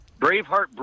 Braveheart